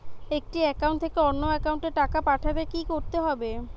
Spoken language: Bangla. একটি একাউন্ট থেকে অন্য একাউন্টে টাকা পাঠাতে কি করতে হবে?